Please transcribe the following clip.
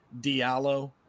Diallo